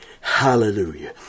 Hallelujah